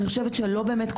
אני חושבת שלא באמת,